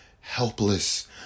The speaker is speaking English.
helpless